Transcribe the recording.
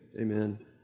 Amen